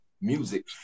music